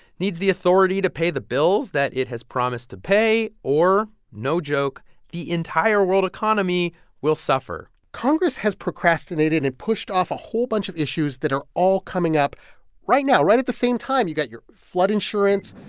needs the authority to pay the bills that it has promised to pay. or no joke the entire world economy will suffer congress has procrastinated and pushed off a whole bunch of issues that are all coming up right now. right at the same time, you've got your flood insurance,